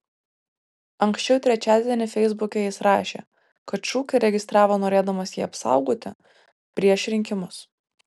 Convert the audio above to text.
anksčiau trečiadienį feisbuke jis rašė kad šūkį registravo norėdamas jį apsaugoti prieš rinkimus